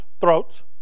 throats